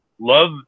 love